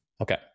Okay